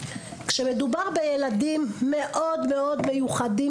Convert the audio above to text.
כשמדובר בילדים מאוד מאוד מיוחדים,